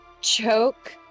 choke